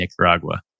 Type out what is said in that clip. Nicaragua